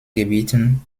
gebieten